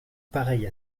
pareille